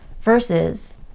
versus